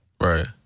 Right